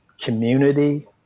community